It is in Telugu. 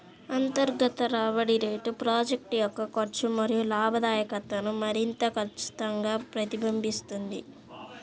అంతర్గత రాబడి రేటు ప్రాజెక్ట్ యొక్క ఖర్చు మరియు లాభదాయకతను మరింత ఖచ్చితంగా ప్రతిబింబిస్తుంది